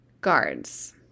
Guards